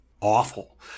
awful